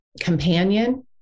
companion